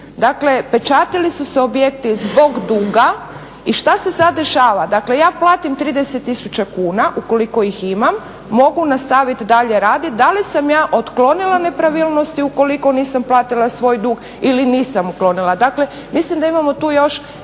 dakle pečatili su se objekti zbog duga i šta se sad dešava? Dakle ja platim 30 tisuća kuna ukoliko ih imam, mogu nastavit dalje raditi. Da li sam ja otklonila nepravilnosti ukoliko nisam platila svoj dug ili nisam otklonila? Dakle, mislim da imamo tu još